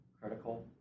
critical